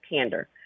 candor